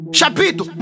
Chapito